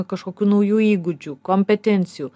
kažkokių naujų įgūdžių kompetencijų